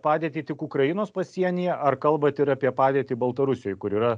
padėtį tik ukrainos pasienyje ar kalbat ir apie padėtį baltarusijoj kur yra